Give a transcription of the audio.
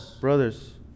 Brothers